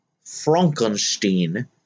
Frankenstein